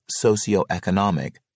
socioeconomic